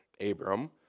Abram